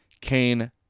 Kane